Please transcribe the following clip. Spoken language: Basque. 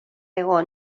hego